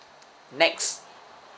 next